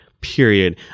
period